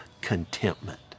contentment